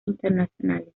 internacionales